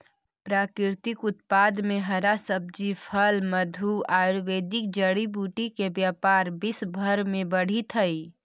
प्राकृतिक उत्पाद में हरा सब्जी, फल, मधु, आयुर्वेदिक जड़ी बूटी के व्यापार विश्व भर में बढ़ित हई